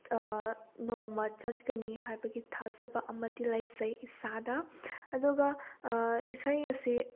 ꯅꯣꯡꯃ ꯆꯠꯀꯅꯤ ꯍꯥꯏꯕꯒꯤ ꯊꯥꯖꯕ ꯑꯃꯗꯤ ꯂꯩꯖꯩ ꯏꯁꯥꯗ ꯑꯗꯨꯒ ꯏꯁꯩ ꯑꯁꯤ